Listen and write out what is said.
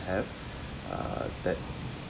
have uh that